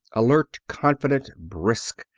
alert, confident, brisk,